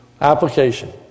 Application